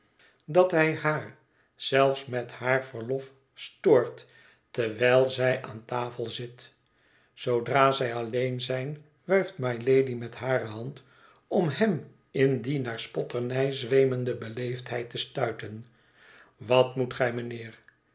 dat hij haar zelfs met haar verlof stoort terwijl zij aan tafel zit zoodra zij alleen zijn wuift mylady met hare hand om hem in die naar spotternij zweemende beleefdheid te stuiten wat moet gij mijnheer